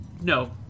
No